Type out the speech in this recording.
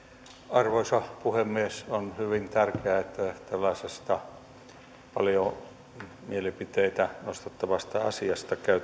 arvoisa puhemies on hyvin tärkeää että tällaisesta paljon mielipiteitä nostattavasta asiasta